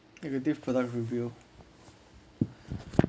negative product review